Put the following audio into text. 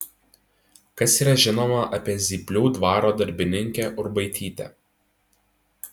kas yra žinoma apie zyplių dvaro darbininkę urbaitytę